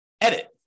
edit